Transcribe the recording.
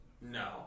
No